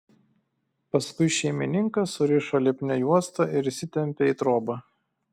paskui šeimininką surišo lipnia juosta ir įsitempė į trobą